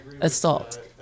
assault